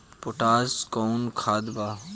Potash कोउन खाद बा?